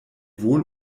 wohl